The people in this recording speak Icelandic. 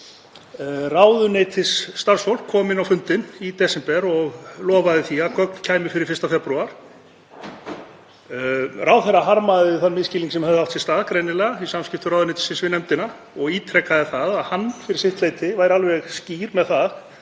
ráðuneytisstarfsfólk kom inn á fundinn í desember og lofaði því að gögn kæmu fyrir 1. febrúar. Ráðherra harmaði þann misskilning sem greinilega hafði átt sér stað í samskiptum ráðuneytisins við nefndina og ítrekaði að hann væri fyrir sitt leyti alveg skýr með það